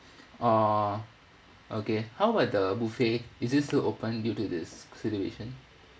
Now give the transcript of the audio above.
oh okay how about the buffet is it still open due to this situation